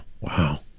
Wow